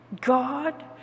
God